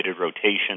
rotation